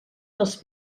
dels